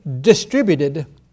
distributed